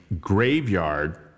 graveyard